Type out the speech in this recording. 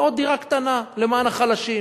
ועוד דירה קטנה, למען החלשים.